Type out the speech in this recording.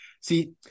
See